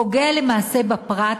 פוגע למעשה בפרט,